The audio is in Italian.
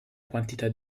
quantità